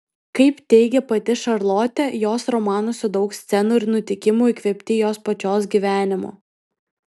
kaip teigė pati šarlotė jos romanuose daug scenų ir nutikimų įkvėpti jos pačios gyvenimo